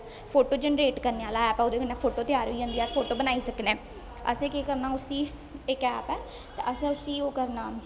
photo generate करने आह्ला app ओह्दे कन्नै फोटो त्यार होई जंदी ऐ फोटो बनाई सकने आं सें केह् करना उस्सी इक ऐप ऐ ते असें उस्सी ओह् करना